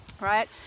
right